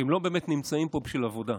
כי הם לא באמת נמצאים פה בשביל עבודה.